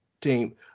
team